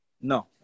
No